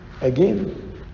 Again